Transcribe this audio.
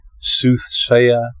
soothsayer